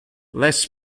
less